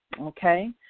okay